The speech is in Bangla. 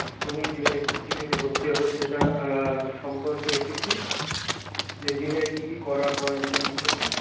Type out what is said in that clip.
তুমি যে জিমে যে ভর্তি হবে সেটা সম্পর্কে কিছু যে জিমের কী কী করা হয় ওগুলো সম্পর্কে